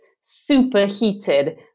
superheated